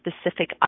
specific